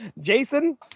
Jason